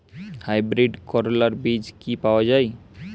Hybrid করলার বীজ কি পাওয়া যায়?